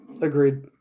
Agreed